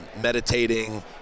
meditating